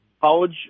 college